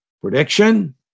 Prediction